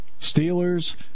Steelers